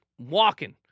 walking